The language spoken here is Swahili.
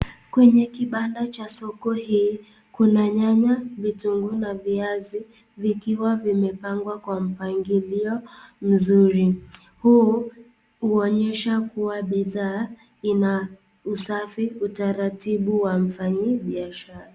Kwenye kibanda cha soko hii, kuna nyanya, vitunguu na viazi vikiwa vimepngwa kwa mpangilio mzuri, huu huonyesha kuwa bidhaa ina usafi, utaratibu wa mfanyi biashara.